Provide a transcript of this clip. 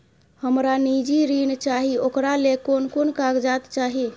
हमरा निजी ऋण चाही ओकरा ले कोन कोन कागजात चाही?